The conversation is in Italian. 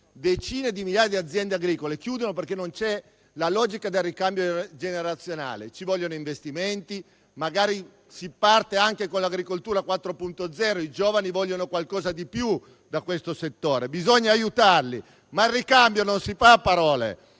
decine di migliaia chiudono, perché non c'è la logica del ricambio generazionale. Ci vogliono investimenti. Magari si parte anche con l'agricoltura 4.0; i giovani vogliono qualcosa di più da questo settore: bisogna aiutarli, ma il ricambio non si fa a parole;